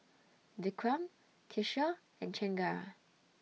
Vikram Kishore and Chengara